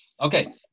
okay